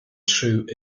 true